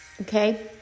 okay